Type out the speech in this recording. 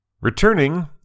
Returning